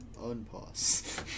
Unpause